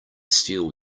steal